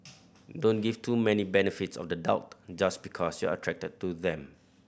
don't give too many benefits of the doubt just because you're attracted to them